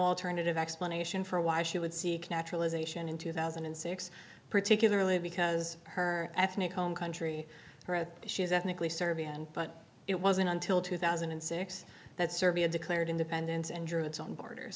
alternative explanation for why she would seek naturalization in two thousand and six particularly because her ethnic home country or she is ethnically serbian but it wasn't until two thousand and six that serbia declared independence and drew its own borders